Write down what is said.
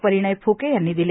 परिणय फ्के यांनी दिले